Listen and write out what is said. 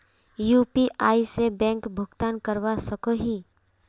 UPI से bank भुगतान करवा सकोहो ही?